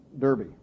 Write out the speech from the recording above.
Derby